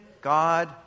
God